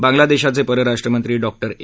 बांग्लादेशचे परराष्ट्रमंत्री डॉक्टर ए